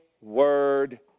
word